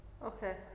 Okay